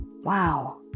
wow